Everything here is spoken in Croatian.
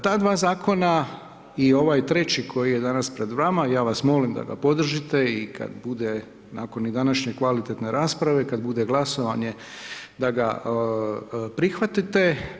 Ta dva zakona i ovaj treći koji je danas pred vama, ja vas da ga podržite i kada bude nakon i današnje kvalitetne rasprave, kad bude glasovanje, da ga prihvatite.